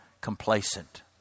complacent